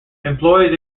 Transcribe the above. employers